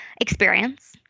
experience